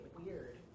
weird